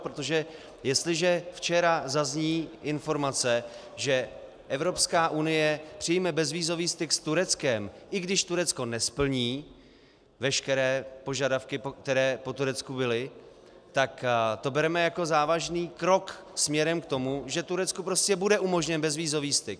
Protože jestliže včera zazní informace, že Evropská unie přijme bezvízový styk s Tureckem, i když Turecko nesplní veškeré požadavky, které po Turecku byly, tak to bereme jako závažný krok směrem k tomu, že Turecku prostě bude umožněn bezvízový styk.